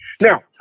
Now